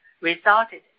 resulted